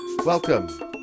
Welcome